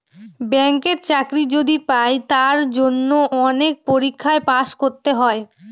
ব্যাঙ্কের চাকরি যদি পাই তার জন্য অনেক পরীক্ষায় পাস করতে হয়